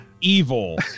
evil